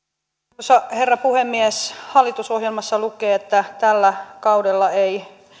arvoisa herra puhemies hallitusohjelmassa lukee että tällä kaudella ei